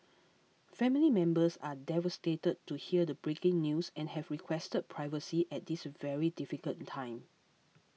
family members are devastated to hear the breaking news and have requested privacy at this very difficult time